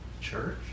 Church